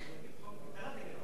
צריך להיות: חוק הגדלת הגירעון.